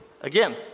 Again